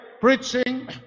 preaching